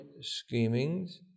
schemings